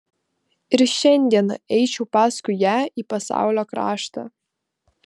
ir šiandieną eičiau paskui ją į pasaulio kraštą